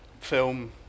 film